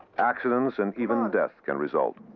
accidents and even death can result.